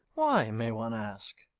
why, may one ask?